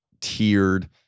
tiered